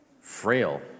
frail